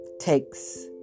Takes